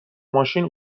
ماشین